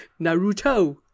Naruto